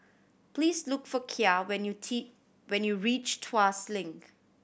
please look for Kya when you reach Tuas Link